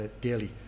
Daily